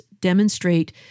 demonstrate